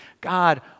God